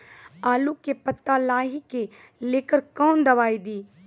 आलू के पत्ता लाही के लेकर कौन दवाई दी?